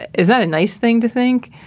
is that a nice thing to think?